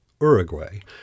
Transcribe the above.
Uruguay